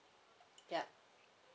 yup